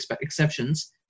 exceptions